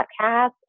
podcast